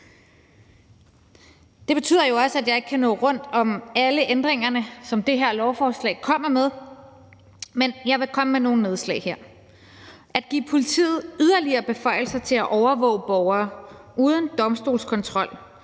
Det betyder jo også, at jeg ikke kan nå rundt om alle ændringer, som det her lovforslag kommer med, men jeg vil komme med nogle nedslag her: At give politiet yderligere beføjelser til at overvåge borgere uden den domstolskontrol,